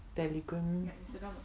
telegram